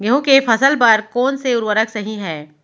गेहूँ के फसल के बर कोन से उर्वरक सही है?